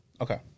Okay